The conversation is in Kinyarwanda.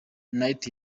night